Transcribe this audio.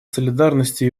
солидарности